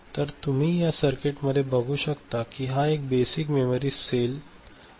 तर तुम्ही या सर्किट मध्ये बघू शकता हा एक बेसिक मेमरी सेल आहे